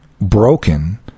broken